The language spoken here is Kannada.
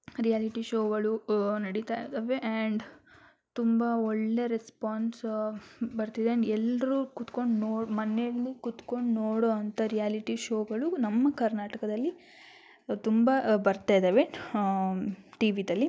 ರಿಯಾಲಿಟಿ ಶೋಗಳು ನಡಿತಾ ಇದ್ದಾವೆ ಆ್ಯಂಡ್ ತುಂಬ ಒಳ್ಳೆಯ ರೆಸ್ಪಾನ್ಸ್ ಬರ್ತಿದೆ ಆ್ಯಂಡ್ ಎಲ್ಲರೂ ಕುತ್ಕೊಂಡು ನೋಡಿ ಮನೆಯಲ್ಲಿ ಕುತ್ಕೊಂಡು ನೋಡುವಂಥ ರಿಯಾಲಿಟಿ ಶೋಗಳು ನಮ್ಮ ಕರ್ನಾಟಕದಲ್ಲಿ ತುಂಬ ಬರ್ತಾ ಇದ್ದಾವೆ ಟಿವಿದಲ್ಲಿ